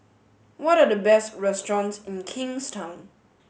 what are the best restaurants in Kingstown